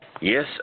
Yes